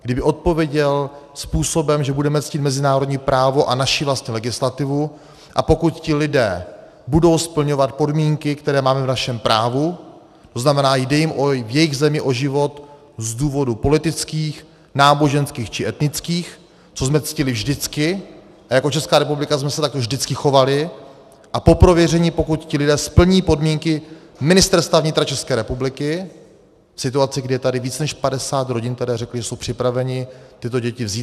Kdyby odpověděl způsobem, že budeme ctít mezinárodní právo a naši vlastní legislativu, a pokud ti lidé budou splňovat podmínky, které máme v našem právu, to znamená, jde jim v jejich zemi o život z důvodů politických, náboženských či etnických, což jsme ctili vždycky a jako Česká republika jsme se tak vždycky chovali, a po prověření, pokud ti lidé splní podmínky Ministerstva vnitra České republiky, v situaci, kdy je tady víc než 50 rodin, které řekly, že jsou připraveny tyto děti vzít.